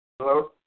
Hello